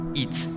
eat